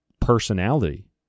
personality